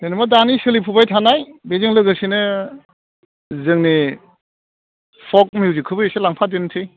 जेन'बा दानि सोलिफुबाय थानाय बेजों लोगोसेनो जोंनि फ'क मिउजिकखौबो एसे लांफादेरनोसै